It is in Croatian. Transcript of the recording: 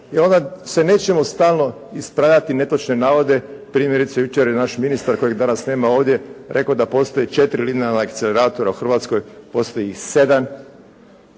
i onda se nećemo stalno ispravljati netočne navode. Primjerice jučer je naš ministar kojeg danas nema ovdje rekao da postoji 4 linearna akceleratora. U Hrvatskoj postoji 7.